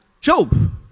Job